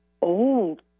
old